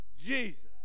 Jesus